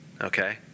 okay